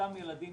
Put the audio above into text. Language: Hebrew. אותם ילדים